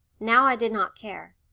now i did not care.